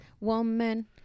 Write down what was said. Woman